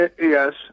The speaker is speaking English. Yes